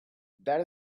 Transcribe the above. that